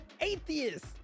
Atheist